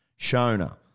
Shona